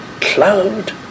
cloud